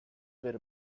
were